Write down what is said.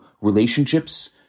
relationships